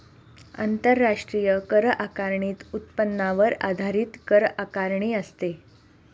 आंतरराष्ट्रीय कर आकारणीत उत्पन्नावर आधारित कर आकारणी असते